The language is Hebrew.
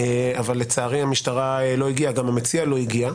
אבל לצערי המשטרה לא הגיעה, וגם המציע לא הגיע.